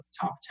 top